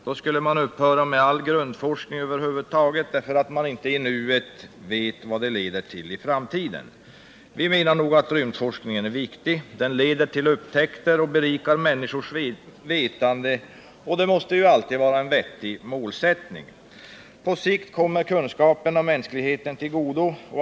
Då skulle man upphöra med all grundforskning över huvud taget, därför att man inte i nuet vet vad den leder till i framtiden. Vi menar att rymdforskningen är viktig. Den leder till upptäckter och berikar människors vetande, och det måste ju alltid vara en vettig målsättning. På sikt kommer kunskaperna mänskligheten till godo.